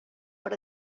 per